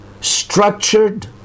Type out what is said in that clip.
structured